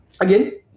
again